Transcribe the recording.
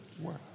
work